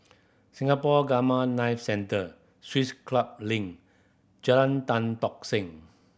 Singapore Gamma Knife Centre Swiss Club Link Jalan Tan Tock Seng